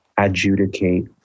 adjudicate